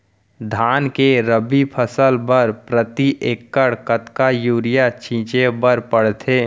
धान के रबि फसल बर प्रति एकड़ कतका यूरिया छिंचे बर पड़थे?